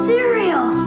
Cereal